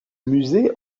musée